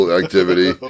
activity